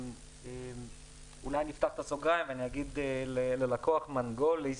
אולי אפתח סוגריים ואגיד ללקוח מנגוליס